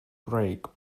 break